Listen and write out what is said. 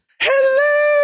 hello